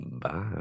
Bye